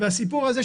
הסיפור הזה,